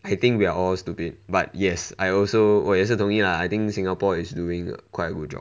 I think we are all stupid but yes I also 我也是同意 lah I think singapore is doing quite a good job